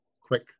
quick